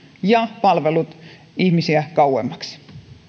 ja palvelut ihmisiltä kauemmaksi